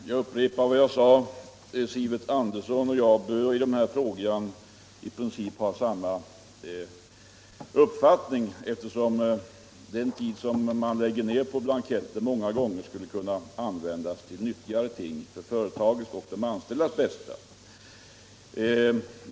Herr talman! Jag upprepar vad jag sade: Sivert Andersson i Stockholm och jag har i denna fråga i princip samma uppfattning, eftersom den tid man lägger ned på att fylla i blanketter skulle kunna användas på ett för företagen och de anställda bättre sätt.